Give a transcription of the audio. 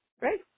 right